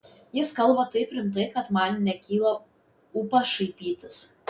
jis kalba taip rimtai kad man nekyla ūpas šaipytis